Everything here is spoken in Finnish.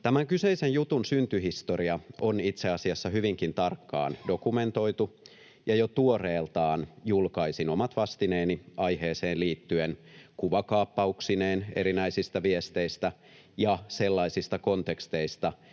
Tämän kyseisen jutun syntyhistoria on itse asiassa hyvinkin tarkkaan dokumentoitu, ja jo tuoreeltaan julkaisin omat vastineeni aiheeseen liittyen, kuvakaappauksineen erinäisistä viesteistä ja sellaisista konteksteista,